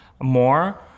more